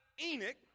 Enoch